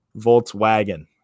Volkswagen